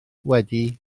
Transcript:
wedi